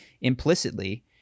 implicitly